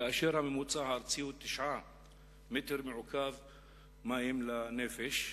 כאשר הממוצע הארצי הוא 9 מטרים מעוקבים מים לנפש.